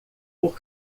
por